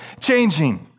changing